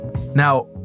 Now